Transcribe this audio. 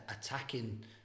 attacking